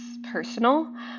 personal